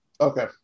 Okay